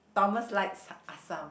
Thomas likes assam